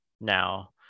now